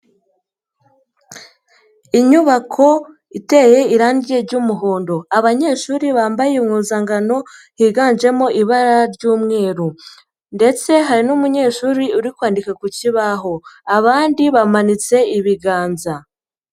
inyubako iteye irangi ry'umuhondo, abanyeshuri bambaye impuzangano higanjemo ibara ry'umweru ndetse hari n'umunyeshuri uri kwandika ku kibaho, abandi bamanitse ibiganza.